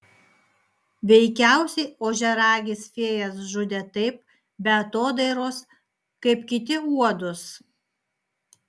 veikiausiai ožiaragis fėjas žudė taip be atodairos kaip kiti uodus